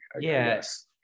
yes